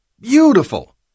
Beautiful